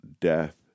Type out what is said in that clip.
death